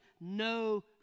no